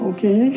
Okay